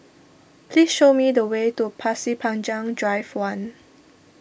please show me the way to Pasir Panjang Drive one